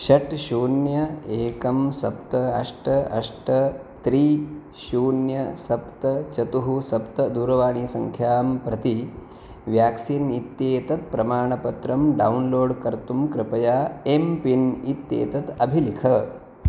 षट् शून्य एकं सप्त अष्ट अष्ट त्री शून्य सप्त चतुः सप्त दूरवाणीसङ्ख्यां प्रति व्याक्सीन् इत्येतत् प्रमाणपत्रम् डौन्लोड् कर्तुं कृपया एम्पिन् इत्येतत् अभिलिख